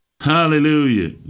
Hallelujah